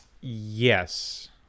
Yes